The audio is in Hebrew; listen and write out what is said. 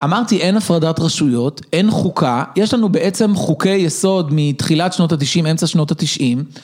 אמרתי אין הפרדת רשויות, אין חוקה, יש לנו בעצם חוקי יסוד מתחילת שנות התשעים, אמצע שנות התשעים.